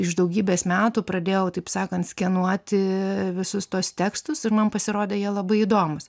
iš daugybės metų pradėjau taip sakant skenuoti visus tuos tekstus ir man pasirodė jie labai įdomūs